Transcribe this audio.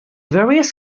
various